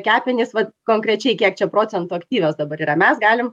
kepenys konkrečiai kiek čia procentų aktyvios dabar yra mes galim